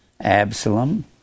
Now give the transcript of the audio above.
Absalom